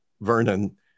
Vernon